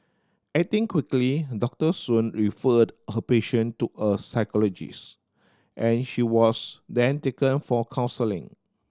acting quickly Doctor Soon referred her patient to a psychologist and she was then taken for counselling